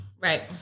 Right